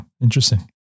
Interesting